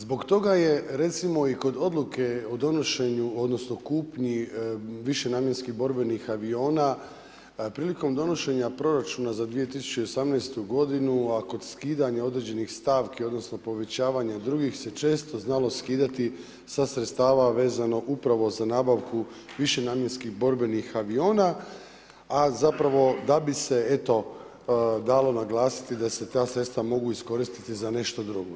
Zbog toga je recimo i kod odluke o donošenju, odnosno kupnji višenamjenskih borbenih aviona, prilikom donošenja proračuna za 2018. godinu, a kod skidanja određenih stavki, odnosno povećavanja drugih se često znalo skidati sa sredstava vezano upravo za nabavku višenamjenskih borbenih aviona, a zapravo da bi se dalo naglasiti da se ta sredstva mogu iskoristiti za nešto drugo.